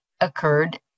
occurred